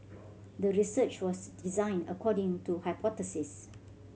the research was designed according to hypothesis